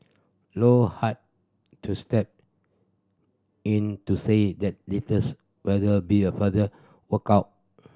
low had to step in to say that details whether be a further worked out